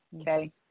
okay